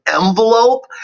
envelope